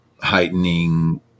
heightening